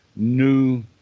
new